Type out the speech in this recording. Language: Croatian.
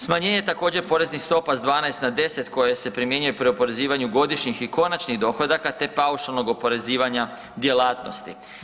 Smanjenje, također, poreznih stopa s 12 na 10 koje se primjenjuje pri oporezivanju godišnjih i konačnih dohodaka te paušalnog oporezivanja djelatnosti.